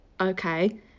okay